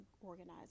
organized